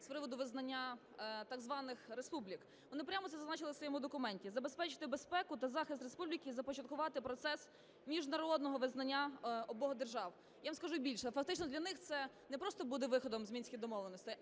з приводу визнання так званих республік. Вони прямо це зазначили у своєму документі: забезпечити безпеку та захист республік і започаткувати процес міжнародного визнання обох держав. Я вам скажу більше, фактично для них це не просто буде виходом з Мінських домовленостей,